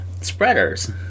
spreaders